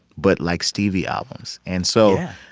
but, like, stevie albums. and so yeah.